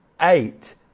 Eight